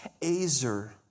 azer